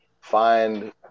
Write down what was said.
find